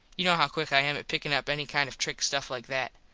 you know how quick i am at pickin up any kind of trick stuff like that.